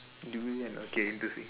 durian okay this is